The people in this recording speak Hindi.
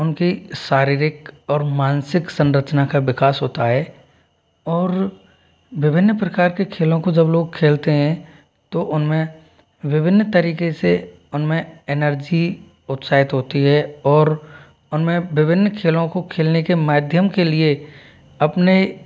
उनकी शारीरिक और मानसिक संरचना का विकास होता है और विभिन्न प्रकार के खेलों को जब लोग खेलते हैं तो उनमें विभिन्न तरीके से उनमें एनर्जी उत्साहित होती है और उनमे विभिन्न खेलों को खेलने के माध्यम के लिए अपने